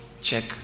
check